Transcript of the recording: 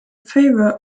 favor